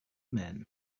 man